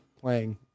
playing